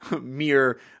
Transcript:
mere